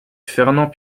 fernand